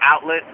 outlet